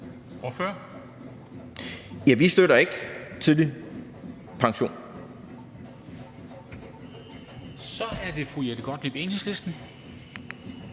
Ja, vi støtter ikke tidlig pension.